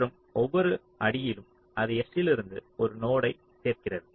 மற்றும் ஒவ்வொரு அடியிலும் அது S இலிருந்து ஒரு நோடு ஐ சேர்க்கிறது